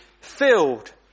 filled